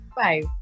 five